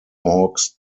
hawks